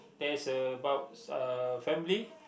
there is about a family